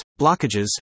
blockages